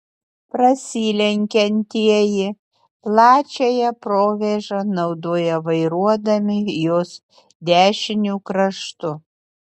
prasilenkiantieji plačiąją provėžą naudoja vairuodami jos dešiniu kraštu